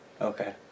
Okay